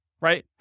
right